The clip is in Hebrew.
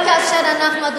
גם כאשר אנחנו,